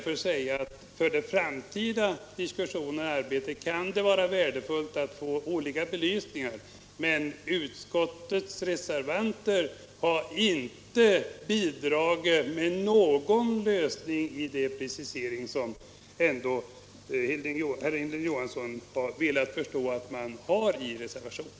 För det framtida arbetet kan det vara värdefullt att få olika belysningar, men utskottets reservanter har inte bidragit med någon lösning och precisering som herr Hilding Johansson har velat påstå att det finns i reservationen.